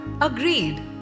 Agreed